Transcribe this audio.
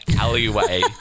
alleyway